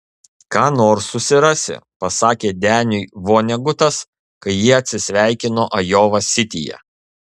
ką nors susirasi pasakė deniui vonegutas kai jie atsisveikino ajova sityje